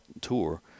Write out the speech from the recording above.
tour